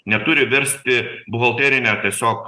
neturi virsti buhalterine tiesiog